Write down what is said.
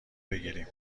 بگیریم